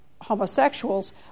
homosexuals